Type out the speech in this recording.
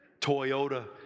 Toyota